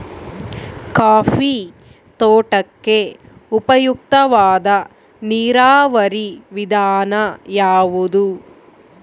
Coffee ತೋಟಕ್ಕೆ ಉಪಯುಕ್ತವಾದ ನೇರಾವರಿ ವಿಧಾನ ಯಾವುದು?